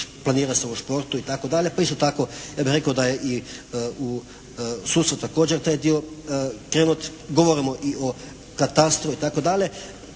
planira se u športu itd., pa isto tako ja bih rekao da je i u sudstvu također taj dio …/Govornik se ne razumije./…, govorimo i o katastru itd.